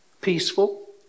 Peaceful